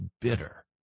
bitter